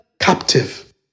captive